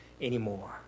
anymore